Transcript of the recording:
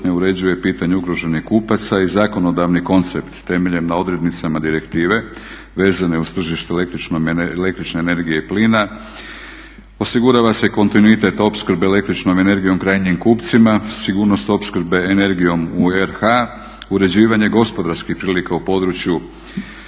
uređuje pitanje ugroženih kupaca i zakonodavni koncept temeljen na odrednicama direktive vezane uz tržište električne energije i plina, osigurava se kontinuitete opskrbe električnom energijom krajnjim kupcima, sigurnost opskrbe energijom u RH, uređivanje gospodarskih prilika u području